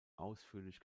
ausführlich